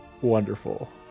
Wonderful